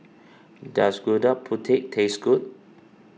does Gudeg Putih taste good